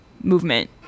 movement